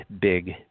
big